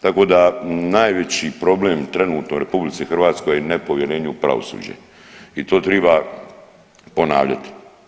Tako da najveći problem trenutno u RH je nepovjerenje u pravosuđe i to triba ponavljati.